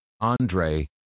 Andre